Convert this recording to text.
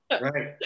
Right